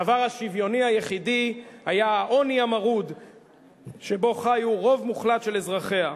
הדבר השוויוני היחידי היה העוני המרוד שבו חיו רוב מוחלט של אזרחיהן.